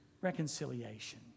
Reconciliation